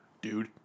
Dude